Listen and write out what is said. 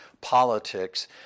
politics